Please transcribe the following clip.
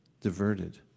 diverted